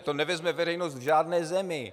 To nevezme veřejnost v žádné zemi.